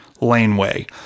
laneway